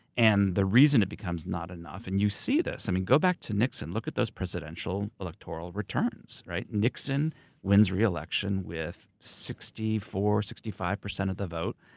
and the reason it becomes not enough, and you see this, i mean to back to nixon. look at those presidential electoral returns, right? nixon wins re-election with sixty four, sixty five percent of the vote.